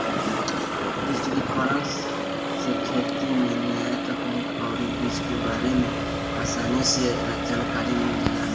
डिजिटलीकरण से खेती में न्या तकनीक अउरी बीज के बारे में आसानी से जानकारी मिल जाता